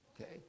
okay